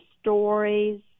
stories